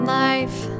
life